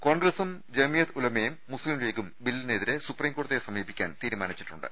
കോൺഗ്രസും ജമിയത് ഉലമയും മുസ്ലിം ലീഗും ബില്ലിനെതിരെ സുപ്രീം കോടതിയെ സമീപിക്കാൻ തീരുമാനിച്ചിട്ടുണ്ട്